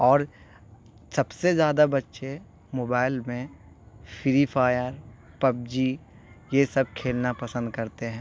اور سب سے زیادہ بچے موبائل میں فری فائر پبجی یہ سب کھیلنا پسند کرتے ہیں